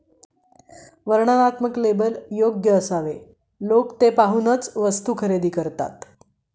वर्णनात्मक लेबल योग्य असावे लोक ती वस्तू पाहूनच खरेदी करतात